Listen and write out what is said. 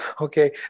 okay